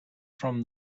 from